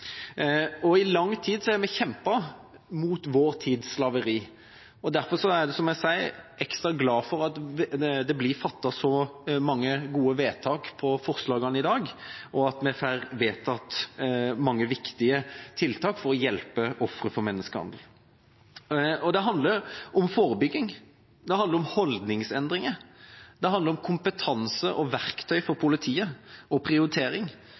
representantforslag. I lang tid har vi kjempet mot vår tids slaveri. Derfor er jeg ekstra glad for at det blir fattet så mange gode vedtak etter forslagene i dag, og at vi får vedtatt mange viktige tiltak for å hjelpe ofre for menneskehandel. Det handler om forebygging, det handler om holdningsendringer, det handler om kompetanse og verktøy for politiet, og prioritering,